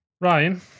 Ryan